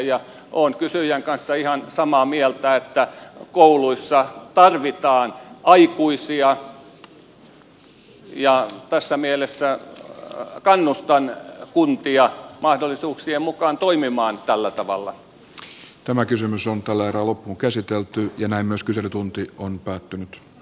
ja olen kysyjän kanssa ihan samaa mieltä sitä että kouluissa tarvitaan aikuisia ja tässä mielessä kannustan kuntia mahdollisuuksien mukaan toimimaan tällä erää loppuunkäsitelty ja näin myös kyselytunti on tavalla